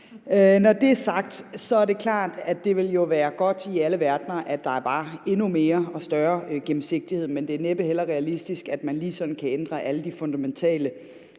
Når det er sagt, er det klart, at det jo ville være godt i alle verdener, at der var endnu mere og større gennemsigtighed, men det er næppe realistisk, at man lige sådan kan ændre alle de fundamentale